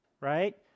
right